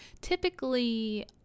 typically